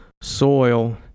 soil